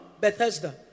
Bethesda